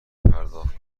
پرداخت